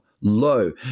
low